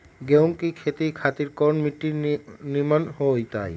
गेंहू की खेती खातिर कौन मिट्टी निमन हो ताई?